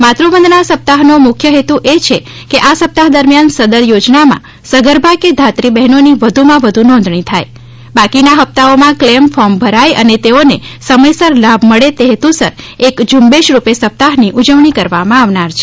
માતુ વંદના સપ્તાહનો મુખ્ય હેતુ એ છે કે આ સપ્તાહ દરમ્યાન સદર યોજનામાં સગર્ભાધાત્રી બહેનોની વધુમાં વધુ નોધણી થાય બાકીના હપ્તાઓના કલેમ ફોર્મ ભરાય અને તેઓને સમયસર લાભ મળે તે હેતુસર એક ઝંબેશ રૂપે સપ્તાહની ઉજવણી કરવામાં આવનાર છે